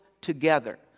together